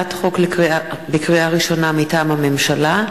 לקריאה ראשונה, מטעם הממשלה,